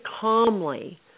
calmly